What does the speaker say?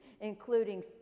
including